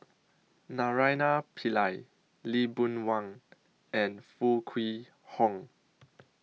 Naraina Pillai Lee Boon Wang and Foo Kwee Horng